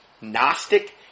Gnostic